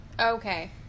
okay